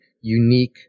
unique